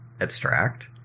abstract